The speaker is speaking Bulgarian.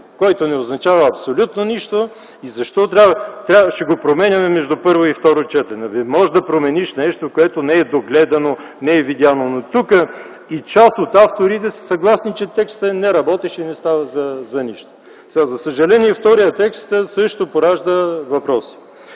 който не означава абсолютно нищо. Ако трябва, ще го променяме между първо и второ четене – можеш да промениш нещо, което не е догледано, не е видяно, но тук, и част от авторите са съгласни, че текстът е неработещ и не става за нищо. За съжаление, вторият текст също поражда въпроси.